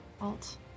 Alt